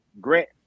Grant